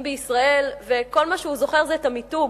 בישראל וכל מה שהוא זוכר זה את המיתוג,